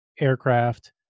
aircraft